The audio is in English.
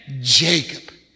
Jacob